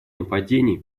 нападений